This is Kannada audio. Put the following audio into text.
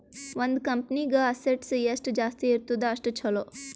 ಒಂದ್ ಕಂಪನಿಗ್ ಅಸೆಟ್ಸ್ ಎಷ್ಟ ಜಾಸ್ತಿ ಇರ್ತುದ್ ಅಷ್ಟ ಛಲೋ